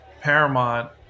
Paramount